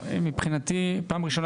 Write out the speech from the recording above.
עולה באשר